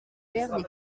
faire